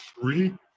three